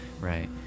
right